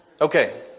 Okay